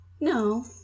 No